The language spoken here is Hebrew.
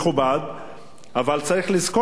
אבל צריך לזכור, בסופו של דבר,